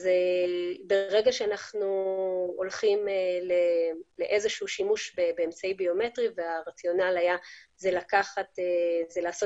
ברגע שאנחנו הולכים לאיזשהו שימוש באמצעי ביומטרי - והרציונל היה לעשות